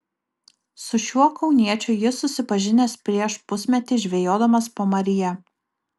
su šiuo kauniečiu jis susipažinęs prieš pusmetį žvejodamas pamaryje